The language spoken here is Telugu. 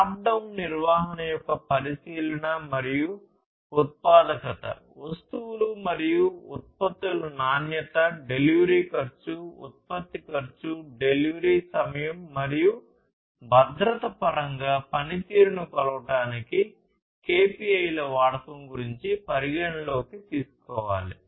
టాప్ డౌన్ నిర్వహణ యొక్క పరిశీలన మరియు ఉత్పాదకత వస్తువులు మరియు ఉత్పత్తుల నాణ్యత డెలివరీ ఖర్చు ఉత్పత్తి ఖర్చు డెలివరీ సమయం మరియు భద్రత పరంగా పనితీరును కొలవడానికి KPI ల వాడకం గురించి పరిగణనలోకి తీసుకోవాలి